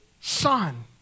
son